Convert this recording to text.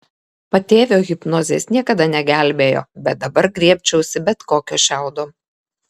patėvio hipnozės niekada negelbėjo bet dabar griebčiausi bet kokio šiaudo